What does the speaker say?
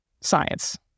science